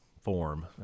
form